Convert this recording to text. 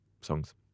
songs